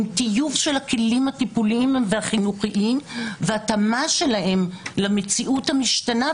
אם טיוב של הכלים הטיפוליים והחינוכיים והתאמה שלהם למציאות המשתנה,